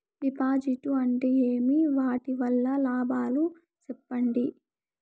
డిపాజిట్లు అంటే ఏమి? వాటి వల్ల లాభాలు సెప్పండి?